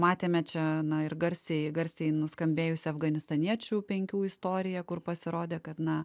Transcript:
matėme čia na ir garsiai garsiai nuskambėjusią afganistaniečių penkių istoriją kur pasirodė kad na